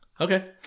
Okay